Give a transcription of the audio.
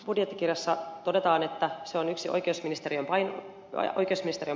budjettikirjassa todetaan että se on yksi oikeusministeriön painotusalue